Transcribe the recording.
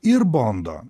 ir bondo